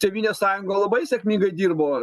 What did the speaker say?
tėvynės sąjunga labai sėkmingai dirbo